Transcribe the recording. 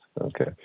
Okay